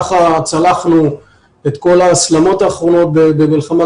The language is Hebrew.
כך צלחנו את כל ההסלמות האחרונות במלחמות,